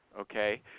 Okay